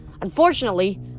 Unfortunately